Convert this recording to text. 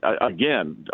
Again